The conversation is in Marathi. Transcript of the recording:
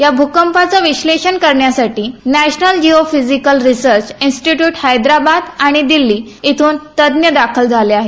या भूकपाचं विश्वेषण करण्यासाठी national geophysical research institute Hyderabad आणि दिल्ली इथून तज्ज्ञ दाखल झाले आहेत